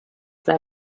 their